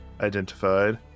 identified